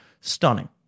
stunning